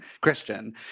Christian